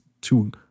two